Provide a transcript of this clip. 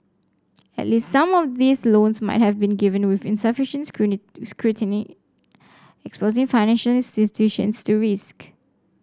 at least some of these loans might have been given with insufficient scrutiny exposing financial institutions to risk